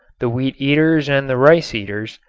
the wheat-eaters and the rice-eaters,